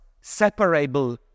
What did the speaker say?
separable